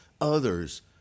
others